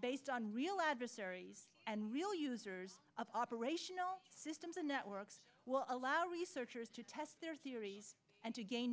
based on real adversaries and real users of operational systems the networks will allow researchers to test their theories and to gain